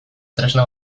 tresna